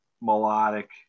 melodic